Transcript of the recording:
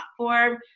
platform